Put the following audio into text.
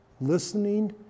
Listening